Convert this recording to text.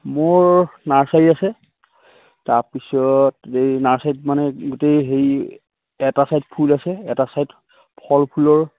মোৰ নাৰ্ছাৰী আছে তাৰপিছত এই নাৰ্ছাৰীত মানে গোটেই হেৰি এটা ছাইড ফুল আছে এটা ছাইড ফল ফুলৰ